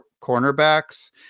cornerbacks